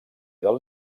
del